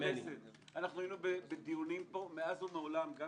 היינו בדיונים פה מאז ומעולם גם